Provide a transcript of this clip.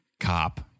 Cop